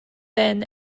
then